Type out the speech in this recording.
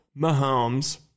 Mahomes